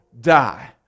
die